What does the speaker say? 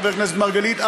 חבר הכנסת מרגלית,